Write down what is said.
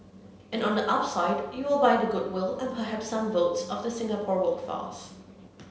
and on the upside you will buy the goodwill and perhaps some votes of the Singapore workforce